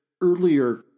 earlier